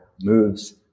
moves